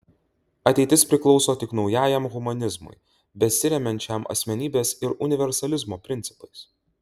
ateitis priklauso tik naujajam humanizmui besiremiančiam asmenybės ir universalizmo principais